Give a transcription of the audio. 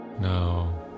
Now